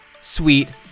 sweet